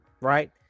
Right